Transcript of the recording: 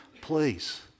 please